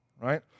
right